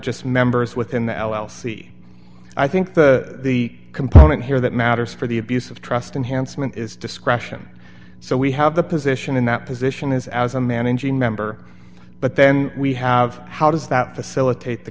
just members within the l l c i think the the component here that matters for the abuse of trust and handsome is discretion so we have the position in that position is as a managing member but then we have how does that facilitate the